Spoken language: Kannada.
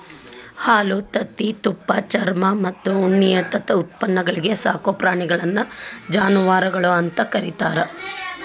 ಹಾಲು, ತತ್ತಿ, ತುಪ್ಪ, ಚರ್ಮಮತ್ತ ಉಣ್ಣಿಯಂತ ಉತ್ಪನ್ನಗಳಿಗೆ ಸಾಕೋ ಪ್ರಾಣಿಗಳನ್ನ ಜಾನವಾರಗಳು ಅಂತ ಕರೇತಾರ